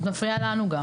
את מפריעה גם לנו.